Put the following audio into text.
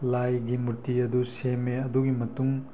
ꯂꯥꯏꯒꯤ ꯃꯨꯔꯇꯤ ꯑꯗꯨ ꯁꯦꯝꯃꯦ ꯑꯗꯨꯒꯤ ꯃꯇꯨꯡ